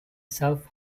self